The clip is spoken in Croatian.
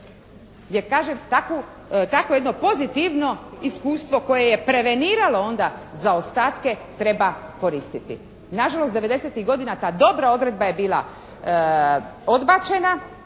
jer kažem takvo jedno pozitivno iskustvo koje je preveniralo onda zaostatke treba onda koristiti. Na žalost, devedesetih godina ta dobra odredba je bila odbačena,